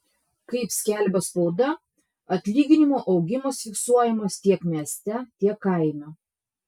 kaip skelbia spauda atlyginimų augimas fiksuojamas tiek mieste tiek kaime